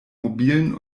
mobilen